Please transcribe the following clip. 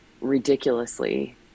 ridiculously